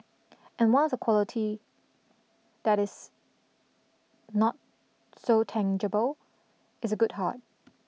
and once quality that is not so tangible is a good heart